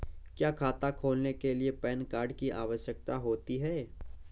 क्या खाता खोलने के लिए पैन कार्ड की आवश्यकता होती है?